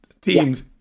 teams